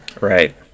right